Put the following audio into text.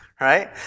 Right